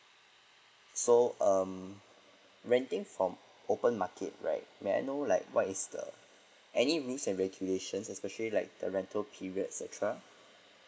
so um renting from open market right may I know like what is the any rules and regulations especially like the rental periods et cetera